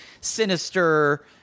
sinister